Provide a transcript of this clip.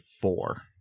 four